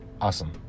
Awesome